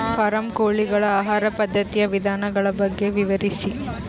Form ಕೋಳಿಗಳ ಆಹಾರ ಪದ್ಧತಿಯ ವಿಧಾನಗಳ ಬಗ್ಗೆ ವಿವರಿಸಿ?